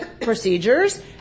procedures